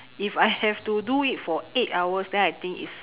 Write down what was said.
if I have to do it for eight hours then I think it's